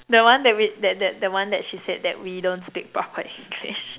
the one that we that that the one that she said that we don't speak proper English